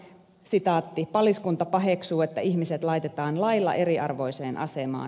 paliskunta paheksuu että ihmiset laitetaan lailla eriarvoiseen asemaan